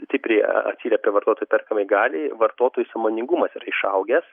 stipriai atsiliepia vartotojų perkamai galiai vartotojų sąmoningumas yra išaugęs